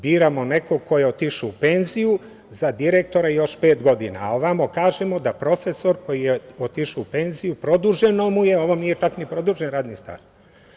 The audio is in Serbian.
Biramo nekog ko je otišao u penziju za direktora još pet godina, a ovamo kažemo da profesor koji je otišao u penziju produženo mu je, a ovome nije čak ni produžen radni staž.